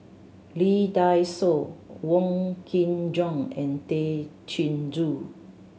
Lee Dai Soh Wong Kin Jong and Tay Chin Joo